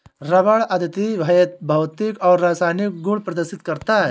rubber अद्वितीय भौतिक और रासायनिक गुण प्रदर्शित करता है